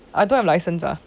I don't have license ah